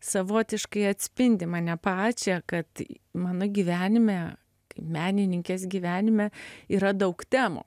savotiškai atspindi mane pačią kad mano gyvenime menininkės gyvenime yra daug temų